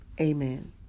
Amen